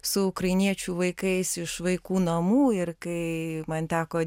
su ukrainiečių vaikais iš vaikų namų ir kai man teko